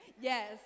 Yes